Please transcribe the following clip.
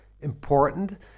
important